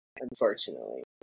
unfortunately